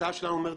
ההצעה שלנו אומרת,